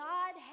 God